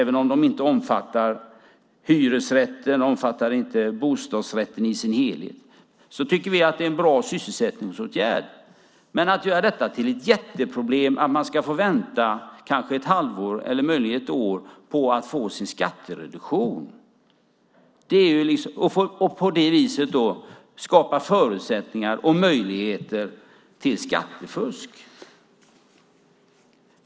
Även om de inte omfattar hyresrätten och inte bostadsrätten i sin helhet tycker vi att de är en bra sysselsättningsåtgärd. Men man gör detta till ett jätteproblem. Människor får vänta ett halvår eller möjligen ett år på sin skattereduktion. På det viset skapar man förutsättningar för och möjligheter till skattefusk.